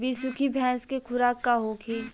बिसुखी भैंस के खुराक का होखे?